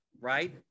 right